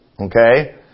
Okay